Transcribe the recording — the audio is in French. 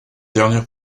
dernière